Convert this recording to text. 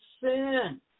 sin